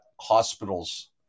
hospitals